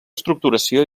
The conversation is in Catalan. estructuració